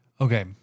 Okay